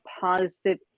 positive